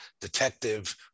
detective